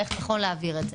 איך נכון להעביר את זה.